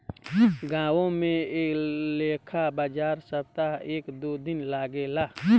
गांवो में ऐ लेखा बाजार सप्ताह में एक दू दिन लागेला